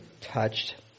touched